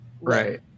Right